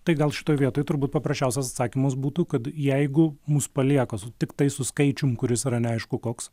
tai gal šitoj vietoj turbūt paprasčiausias atsakymas būtų kad jeigu mus palieka su tiktais su skaičium kuris yra neaišku koks